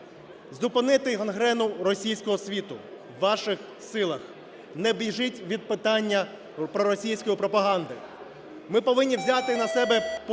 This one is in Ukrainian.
Зупинити гангрену російського світу в ваших силах. Не біжіть від питання проросійської пропаганди. Ми повинні взяти на себе політичну